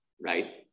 right